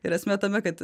ir esmė tame kad